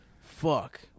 Fuck